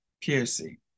Piercy